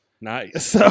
Nice